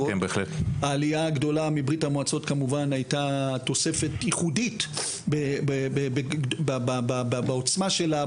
העלייה הגדולה מברית המועצות כמובן היתה תוספת ייחודית בעוצמה שלה,